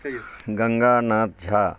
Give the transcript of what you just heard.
कहियौ गंगा नाथ झा